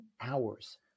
hours